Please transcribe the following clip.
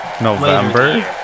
November